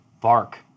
bark